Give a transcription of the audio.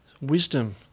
Wisdom